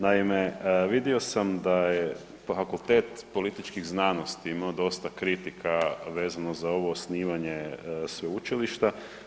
Naime, vidio sam da je Fakultet političkih znanosti imao dosta kritika vezano za ovo osnivanje sveučilišta.